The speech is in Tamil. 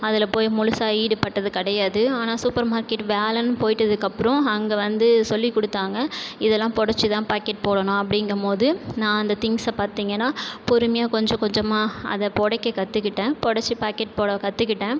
அதில் போய் முழுசாக ஈடுபட்டது கிடையாது ஆனால் சூப்பர் மார்க்கெட் வேலைன்னு போயிட்டதுக்கப்புறோம் அங்கே வந்து சொல்லிக்கொடுத்தாங்க இதெலாம் புடச்சி தான் பாக்கெட் போடணும் அப்படிங்கபோது நான் அந்த திங்க்ஸை பார்த்தீங்கனா பொறுமையாக கொஞ்ச கொஞ்சமாக அதை புடைக்க கற்றுக்கிட்டேன் புடச்சி பாக்கெட் போட கற்றுக்கிட்டேன்